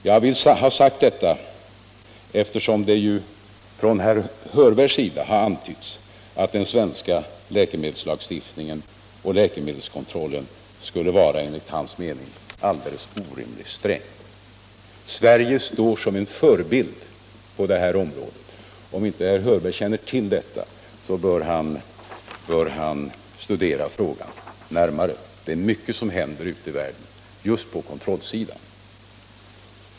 Jag vill ha detta sagt eftersom herr Hörberg har antytt att den svenska läkemedelslagstiftningen och läkemedelskontrollen enligt hans mening skulle vara orimligt sträng. Sverige står sålunda som en förebild på detta område. Om inte herr Hörberg känner till detta, bör han studera frågan närmare. Det är mycket som händer ute i världen just på kontrollsidan.